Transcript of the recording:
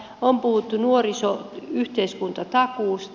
on puhuttu nuorison yhteiskuntatakuusta